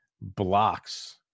Blocks